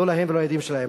לא להם ולא לילדים שלהם.